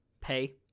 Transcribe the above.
Pay